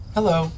Hello